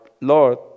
Lord